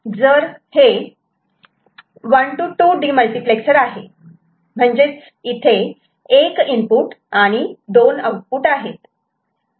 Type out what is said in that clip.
जर हे 1 to 2 demultiplexer आहे म्हणजे इथे 1 इनपुट आणि 2 आउटपुट आहेत